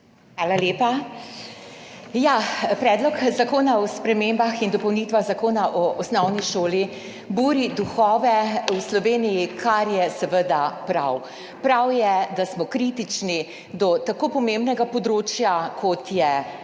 Hvala lepa. Predlog zakona o spremembah in dopolnitvah Zakona o osnovni šoli buri duhove v Sloveniji, kar je seveda prav. Prav je, da smo kritični do tako pomembnega področja, kot je